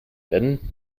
werden